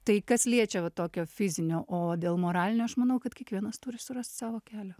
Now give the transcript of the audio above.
tai kas liečia va tokio fizinio o dėl moralinio aš manau kad kiekvienas turi surast savo kelią